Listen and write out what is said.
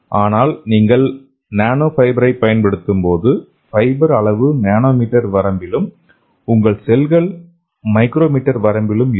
ஆனால் நீங்கள் நானோ ஃபைபரைப் பயன்படுத்தும்போது ஃபைபர் அளவு நானோ மீட்டர் வரம்பிலும் உங்கள் செல் மைக்ரோ மீட்டர் வரம்பிலும் இருக்கும்